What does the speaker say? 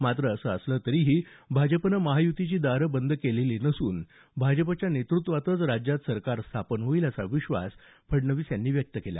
मात्र असं असलं तरीही भाजपनं महायुतीसाठी दारं बंद केलेली नसून भाजपच्या नेतृत्वातच राज्यातच सरकार स्थापन होईल असा विश्वास फडणवीस यांनी व्यक्त केला